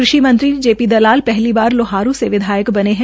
कृषि मंत्री J P Dalal पहली बार लोहारू से विधायक बने है